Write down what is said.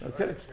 Okay